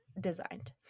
designed